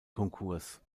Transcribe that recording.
konkurs